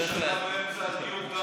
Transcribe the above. אני מבין שגם אתה באמצע הדיון,